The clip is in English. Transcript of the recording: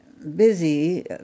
busy